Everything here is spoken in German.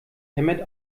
hämmert